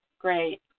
great